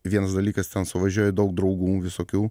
vienas dalykas ten suvažiuoja daug draugų visokių